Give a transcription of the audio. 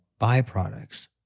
byproducts